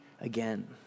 again